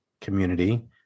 community